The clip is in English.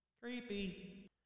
Creepy